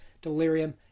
delirium